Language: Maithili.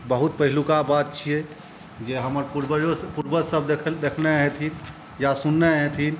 बहुत पहिलुका बात छिए जे हमर पूर्वजो पूर्वजसब देखने हेथिन या सुनने हेथिन